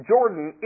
Jordan